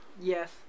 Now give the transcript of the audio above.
Yes